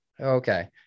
okay